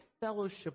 fellowship